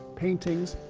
paintings,